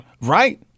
Right